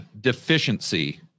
deficiency